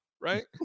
right